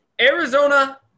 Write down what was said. Arizona